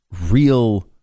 real